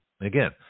Again